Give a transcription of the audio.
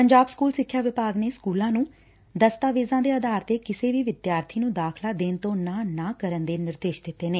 Punjab school ਸਿੱਖਿਆ ਵਿਭਾਗ ਨੇ ਸਕੁਲਾ ਨੂੰ ਦਸਤਾਵੇਜ਼ਾ ਦੇ ਆਧਾਰ ਤੇ ਕਿਸੇ ਵੀ ਵਿਦਿਆਰਬੀ ਨੂੰ ਦਾਖ਼ਲਾ ਦੇਣ ਤੋਂ ਨਾਹ ਨਾ ਕਰਨ ਦੇ ਨਿਰਦੇਸ਼ ਦਿੱਤੇ ਨੇ